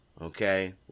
Okay